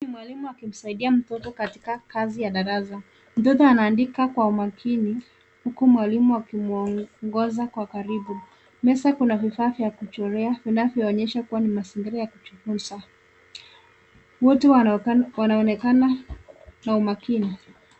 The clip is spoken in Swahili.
Huyu ni mwalimu akimsaidia mtoto katika kazi ya darasa. Mtoto anaandika kwa umakini, huku mwalimu akimwongoza kwa karibu. Meza kuna vifaa vya kuchorea, vinavyoonyesha kuwa ni mazingira ya kujifunza. Wote wanaonekana na umakini.